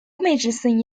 meclisin